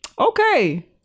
Okay